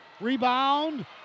Rebound